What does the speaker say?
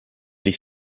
les